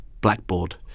blackboard